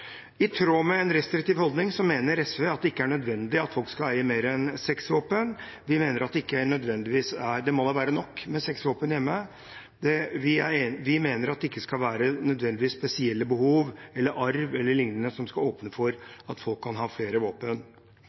I tråd med en restriktiv holdning mener SV at det ikke er nødvendig at folk skal eie mer enn seks våpen – det må da være nok med seks våpen hjemme. Vi mener at ikke nødvendigvis spesielle behov eller arv e.l. skal åpne for at folk kan ha flere våpen.